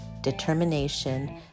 determination